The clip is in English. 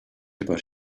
about